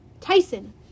Tyson